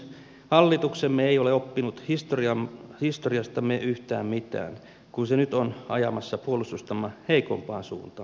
hallituksemme ei ole oppinut historiastamme yhtään mitään kun se nyt on ajamassa puolustustamme heikompaan suuntaan